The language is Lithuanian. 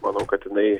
manau kad jinai